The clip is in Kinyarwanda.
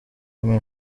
women